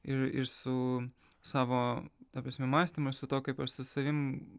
ir ir su savo ta prasme mąstymu ir su tuo kaip aš su savim